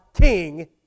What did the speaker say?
king